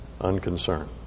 unconcerned